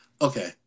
Okay